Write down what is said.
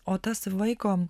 o tas vaiko